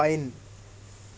pine